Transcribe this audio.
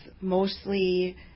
mostly